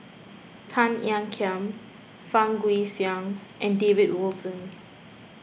Tan Ean Kiam Fang Guixiang and David Wilson